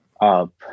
up